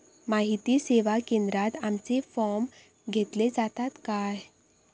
माहिती सेवा केंद्रात आमचे फॉर्म घेतले जातात काय?